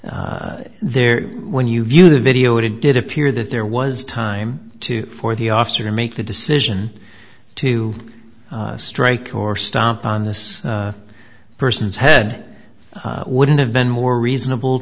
mean there when you view the video it did appear that there was time to for the officer to make the decision to strike or stomp on this person's head wouldn't have been more reasonable